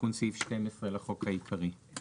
תיקון סעיף 12 לחוק העיקרי.